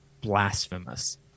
blasphemous